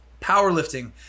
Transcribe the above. powerlifting